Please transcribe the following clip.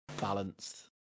balanced